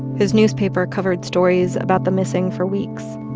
his newspaper covered stories about the missing for weeks,